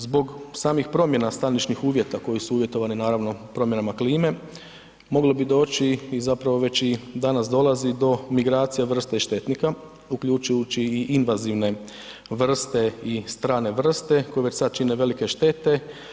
Zbog samih promjena staničnih uvjeta koji su uvjetovani naravno promjenama klime moglo bi doći i zapravo već i danas dolazi do migracija vrste i štetnika, uključujući i invazivne vrste i strane vrste koje već sad čine velike štete.